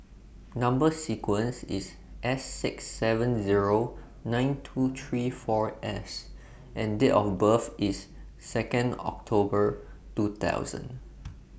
Number sequence IS S six seven Zero nine two three four S and Date of birth IS Second October two thousand